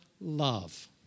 love